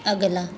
अगला